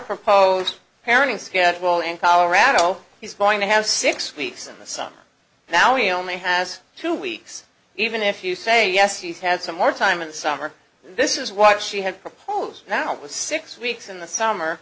proposed parenting schedule in colorado he's going to have six weeks in the summer now he only has two weeks even if you say yes he's had some more time in the summer this is what she had proposed now with six weeks in the summer